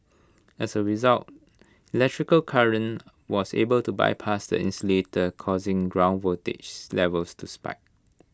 as A result electrical current was able to bypass the insulator causing ground voltage levels to spike